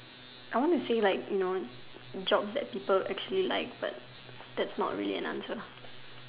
I want to say like you know job that people actually like but that's not really an answer